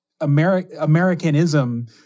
Americanism